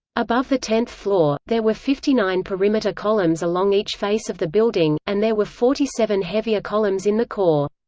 above the tenth floor, there were fifty nine perimeter columns along each face of the building, and there were forty seven heavier columns in the core.